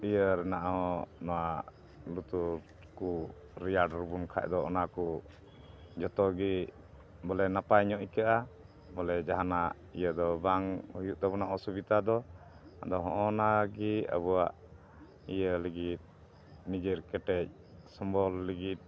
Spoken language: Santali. ᱤᱭᱟᱹ ᱨᱮᱱᱟᱜ ᱦᱚᱸ ᱱᱚᱣᱟ ᱞᱩᱛᱩᱨ ᱠᱚ ᱨᱮᱭᱟᱲ ᱨᱩᱵᱩᱱ ᱠᱷᱟᱡ ᱫᱚ ᱚᱱᱟ ᱠᱚ ᱡᱚᱛᱚ ᱜᱮ ᱵᱚᱞᱮ ᱱᱟᱯᱟᱭ ᱧᱚᱜ ᱟᱹᱭᱠᱟᱹᱜᱼᱟ ᱵᱚᱞᱮ ᱡᱟᱦᱟᱱᱟᱜ ᱤᱭᱟᱹ ᱫᱚ ᱵᱟᱝ ᱦᱩᱭᱩᱜ ᱛᱟᱵᱚᱱᱟ ᱚᱥᱩᱵᱤᱛᱟ ᱫᱚ ᱟᱫᱚ ᱦᱚᱸᱜᱼᱚ ᱱᱟ ᱜᱮ ᱟᱵᱚᱣᱟᱜ ᱤᱭᱟᱹ ᱞᱟᱹᱜᱤᱫ ᱱᱤᱡᱮᱨ ᱠᱮᱴᱮᱡ ᱥᱚᱢᱵᱚᱞ ᱞᱟᱹᱜᱤᱫ